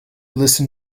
listen